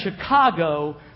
Chicago